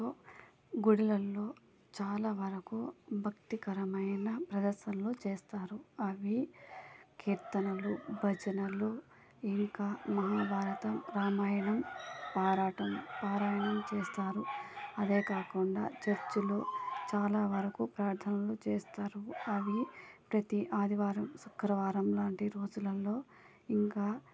గుళ్ళల్లో చాలా వరకు భక్తికరమైన ప్రదర్శనలు చేస్తారు అవి కీర్తనలు భజనలు ఇంకా మహాభారతం రామాయణం పారాటం పారాయణం చేస్తారు అదే కాకుండా చర్చలు చాలా వరకు ప్రార్థనలు చేస్తారు అవి ప్రతి ఆదివారం శుక్రవారం లాంటి రోజులలో ఇంకా